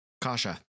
Kasha